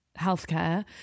healthcare